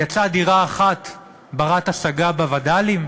יצאה דירה אחת בת-השגה בווד"לים?